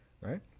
right